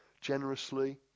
generously